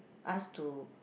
us to